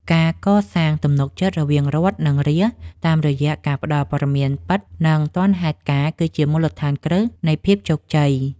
ការកសាងទំនុកចិត្តរវាងរដ្ឋ និងរាស្ត្រតាមរយៈការផ្តល់ព័ត៌មានពិត និងទាន់ហេតុការណ៍គឺជាមូលដ្ឋានគ្រឹះនៃភាពជោគជ័យ។